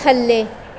ਥੱਲੇ